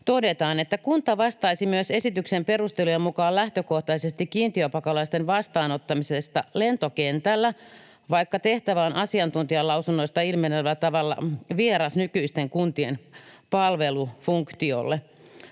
todetaan: ”Kunta vastaisi myös esityksen perustelujen mukaan lähtökohtaisesti kiintiöpakolaisen vastaanottamisesta lentokentältä, vaikka tehtävä on asiantuntijalausunnoista ilmenevällä tavalla vieras nykyisten kuntien palvelufunktioille.